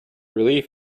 relief